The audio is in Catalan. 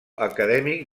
acadèmic